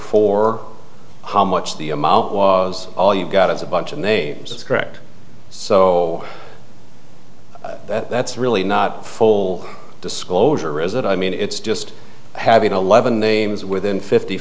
for how much the amount was all you got is a bunch of names correct so that's really not full disclosure is it i mean it's just having to leaven names within fifty